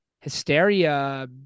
hysteria